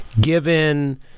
given